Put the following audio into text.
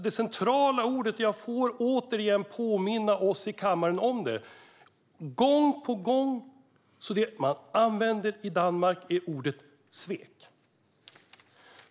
Det centrala ordet - jag får återigen påminna oss i kammaren om det - som man gång på gång använder i Danmark är "svek".